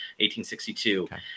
1862